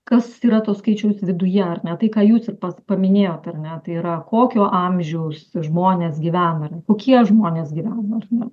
kas yra to skaičiaus viduje ar ne tai ką jūs ir pas paminėjot ar ne tai yra kokio amžiaus žmonės gyvena kokie žmonės gyvena ar ne